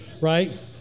right